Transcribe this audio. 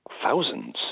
thousands